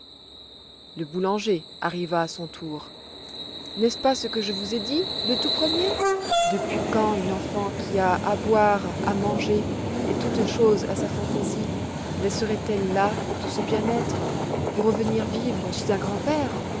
le boulanger arriva à son tour n'est-ce pas ce que je vous ai dit le tout premier depuis quand une enfant qui a à boire à manger et toutes choses à sa fantaisie laisserait elle là tout ce bien-être pour revenir vivre chez un grand-père